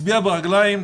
להצביע ברגליים,